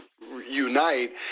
unite